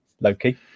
Loki